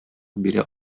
бирә